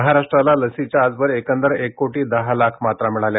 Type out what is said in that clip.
महाराष्ट्राला लसीच्या एकंदर एक कोटी दहा लाख मात्रा मिळाल्या